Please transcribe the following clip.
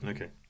Okay